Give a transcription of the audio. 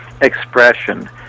expression